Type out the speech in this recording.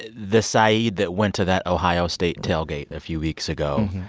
the saeed that went to that ohio state tailgate a few weeks ago,